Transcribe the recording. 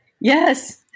Yes